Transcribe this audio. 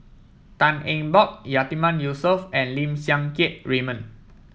Tan Eng Bock Yatiman Yusof and Lim Siang Keat Raymond